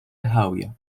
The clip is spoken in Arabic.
الهاوية